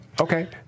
Okay